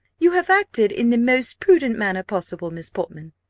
you have acted in the most prudent manner possible, miss portman,